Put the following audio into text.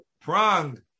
prong